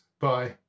Bye